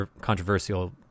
controversial